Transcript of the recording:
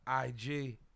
IG